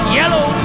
yellow